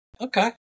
Okay